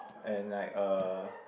and like uh